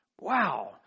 Wow